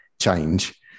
change